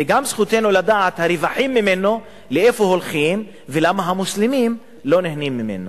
וגם זכותנו לדעת לאן הולכים הרווחים ממנו ולמה המוסלמים לא נהנים ממנו.